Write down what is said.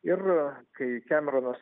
ir kai kemeronas